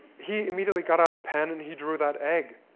he immediately got out a pen and he drew that egg.